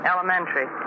Elementary